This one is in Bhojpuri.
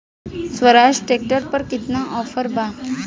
स्वराज ट्रैक्टर पर केतना ऑफर बा?